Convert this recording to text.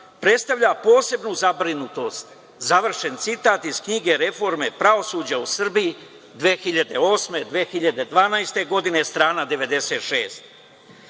„predstavlja posebnu zabrinutost“, završen citat iz knjige „Reforma pravosuđa u Srbiji 2008.-2012. godina“, strana